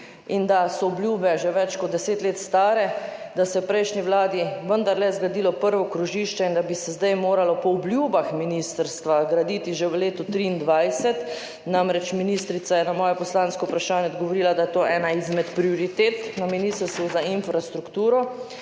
in da so obljube stare že več kot 10 let, da se je v prejšnji vladi vendarle zgradilo prvo krožišče in da bi se zdaj moralo po obljubah ministrstva graditi že v letu 2023, namreč ministrica je na moje poslansko vprašanje odgovorila, da je to ena izmed prioritet na Ministrstvu za infrastrukturo,